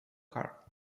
car